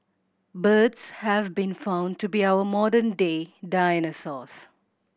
birds have been found to be our modern day dinosaurs